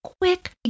quick